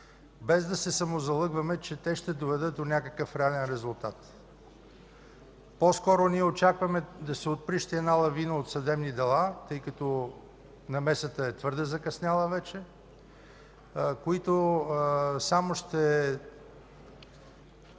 без да се самозалъгваме, че те ще доведат до някакъв реален резултат. По-скоро очакваме да се отприщи лавина от съдебни дела, тъй като намесата е твърде закъсняла, които само ще